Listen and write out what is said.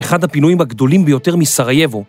‫אחד הפינויים הגדולים ביותר מסרייבו.